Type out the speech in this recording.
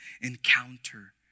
encounter